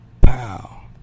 Pow